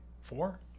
Four